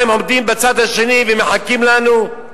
מה, הם עומדים בצד השני ומחכים לנו?